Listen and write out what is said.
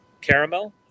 Caramel